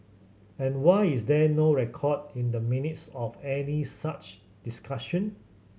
and why is there no record in the Minutes of any such discussion